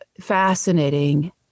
fascinating